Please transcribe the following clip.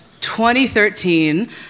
2013